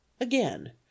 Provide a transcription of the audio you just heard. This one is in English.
again